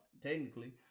technically